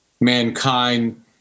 mankind